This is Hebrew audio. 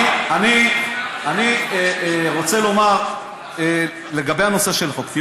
אני רוצה לומר בנושא של החוק.